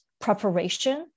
preparation